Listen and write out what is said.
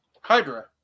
Hydra